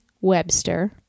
Webster